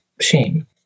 shame